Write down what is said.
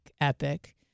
epic